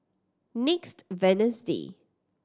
next Wednesday